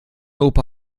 opa